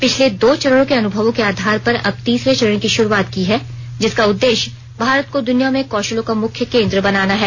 पिछले दो चरणों के अनुभवों के आधार पर अब तीसरे चरण की शुरुआत की है जिसका उद्देश्य भारत को दुनिया में कौशलों का मुख्य केंद्र बनाना है